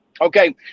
Okay